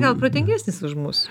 gal protingesnis už mus